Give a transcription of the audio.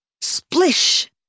Splish